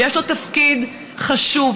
ויש לו תפקיד חשוב,